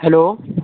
hello